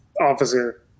officer